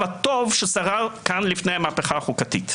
הטוב ששרר כאן לפני המהפכה החוקתית.